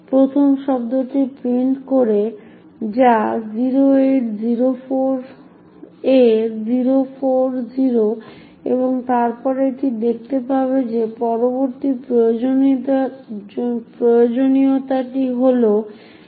প্রথম শব্দটি প্রিন্ট করে যা 0804a040 এবং তারপর এটি দেখতে পাবে যে পরবর্তী প্রয়োজনীয়তাটি হল একটি x